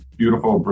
beautiful